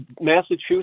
Massachusetts